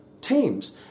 teams